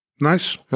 nice